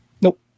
Nope